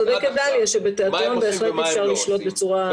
צודקת דליה שבתיאטרון בהחלט אפשר לשלוט בצורה טובה.